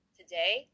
Today